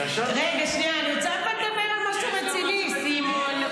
רגע, שנייה, אני רוצה לדבר על משהו רציני, סימון.